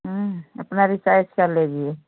अपना डिसाइड कर लीजिए